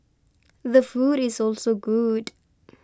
the food is also good